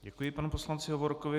Děkuji panu poslanci Hovorkovi.